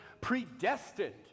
predestined